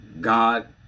God